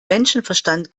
menschenverstand